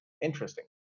interesting